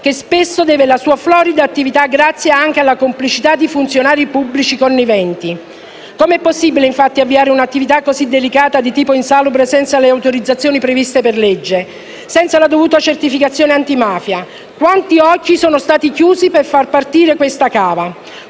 che spesso deve la sua florida attività grazie anche alla complicità di funzionari pubblici conniventi. Come è possibile, infatti, avviare un'attività così delicata di tipo insalubre senza le autorizzazioni previste per legge e senza la dovuta certificazione antimafia? Quanti occhi sono stati chiusi per far partire questa cava?